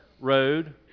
road